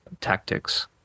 tactics